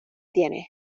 tienes